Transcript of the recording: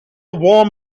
warm